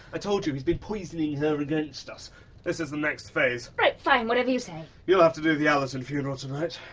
i told you, he's been poisoning her against us this is the next phase! right, fine, whatever you say. you'll have to do the allerton funeral tonight.